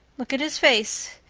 look at his face.